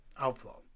Outflow